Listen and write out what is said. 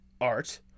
art